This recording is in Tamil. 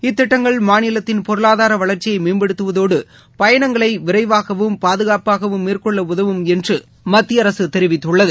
இத்திட்டங்கள் மாநிலத்தின் பொருளாதார வளர்ச்சியை மேம்படுத்துவதோடு பயனங்களை விரைவாகவும் பாதுகாப்பாகவும் மேற்கொள்ள உதவும் என்று மத்திய அரசு தெரிவித்துள்ளது